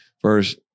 First